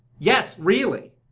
yes, really.